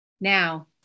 now